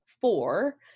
four